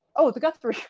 oh! the guthrie. i